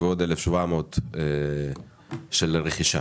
היו שם עתיקות שעיכבו מאוד מאוד את ביצוע הפרויקט.